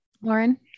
Lauren